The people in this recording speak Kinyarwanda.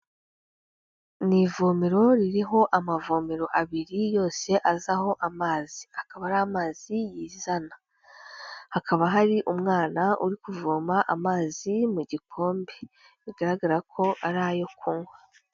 Ni ivomero ririho amavomero abiri, yose azaho amazi, akaba ari amazi yizana, hakaba hari umwana uri kuvoma amazi mu gikombe, bigaragara ko ari ayo kunywa.